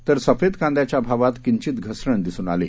तर सफेद कांद्याच्या भावात किंचित घसरण दिसून आली